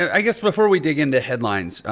i guess before we dig into headlines,